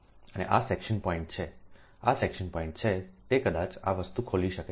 અને આ section point છે આ સેક્શન પોઇન્ટ છે તે કદાચ આ વસ્તુ ખોલી શકે છે છે